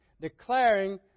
Declaring